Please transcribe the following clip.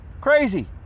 crazy